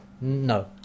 No